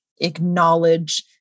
acknowledge